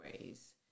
ways